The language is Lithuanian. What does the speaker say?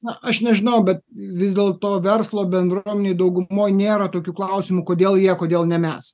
na aš nežinau bet vis dėlto verslo bendruomenėj daugumoj nėra tokių klausimų kodėl jie kodėl ne mes